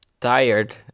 tired